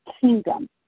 kingdom